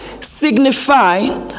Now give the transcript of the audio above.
signify